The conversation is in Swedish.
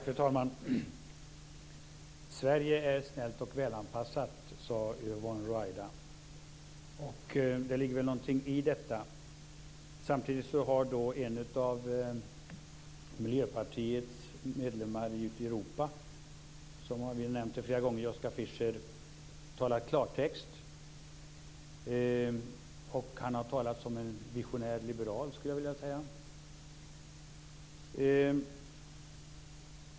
Fru talman! Sverige är snällt och välanpassat, sade Yvonne Ruwaida - och det ligger väl någonting i det. Som nämnts här flera gånger har samtidigt en av Miljöpartiets medlemmar ute i Europa, Joschka Fischer, talat klartext. Han har talat som en visionär liberal, skulle jag vilja säga.